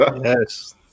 Yes